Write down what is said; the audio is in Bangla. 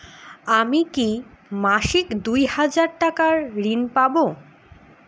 আমি কি মাসিক দুই হাজার টাকার ঋণ পাব?